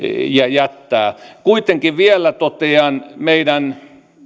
jättää kuitenkin vielä totean meidän